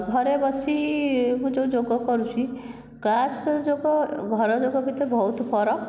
ଘରେ ବସି ମୁଁ ଯେଉଁ ଯୋଗ କରୁଛି କ୍ଲାସ୍ର ଯୋଗ ଘର ଯୋଗ ଭିତରେ ବହୁତ ଫରକ